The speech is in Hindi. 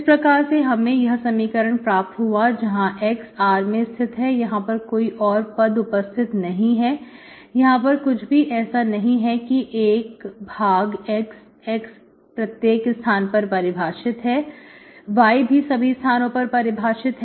इस प्रकार से हमें यह समीकरण प्राप्त हुआ जहां x R में स्थित है यहां पर कोई और पद उपस्थित नहीं है यहां पर कुछ भी ऐसा नहीं है कि 1 भाग x x प्रत्येक स्थान पर परिभाषित है y भी सभी स्थानों पर परिभाषित है